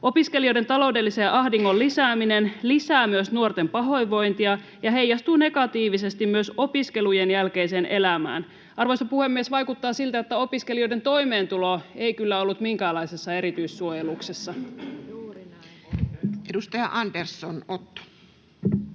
Opiskelijoiden taloudellisen ahdingon lisääminen lisää myös nuorten pahoinvointia ja heijastuu negatiivisesti myös opiskelujen jälkeiseen elämään. Arvoisa puhemies! Vaikuttaa siltä, että opiskelijoiden toimeentulo ei kyllä ollut minkäänlaisessa erityissuojeluksessa. Edustaja Andersson, Otto.